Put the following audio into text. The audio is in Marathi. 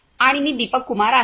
आणि मी दीपक कुमार आहे